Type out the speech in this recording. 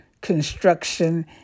construction